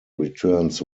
returns